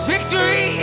Victory